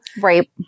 Right